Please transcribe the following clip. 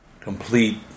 Complete